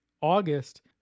August